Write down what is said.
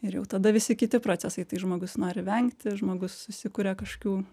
ir jau tada visi kiti procesai tai žmogus nori vengti žmogus susikuria kažkokių